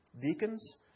deacons